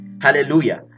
Hallelujah